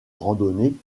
randonnée